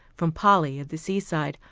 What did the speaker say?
from polly at the seaside,